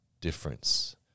difference